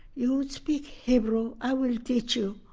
you speak hebrew, i will teach you.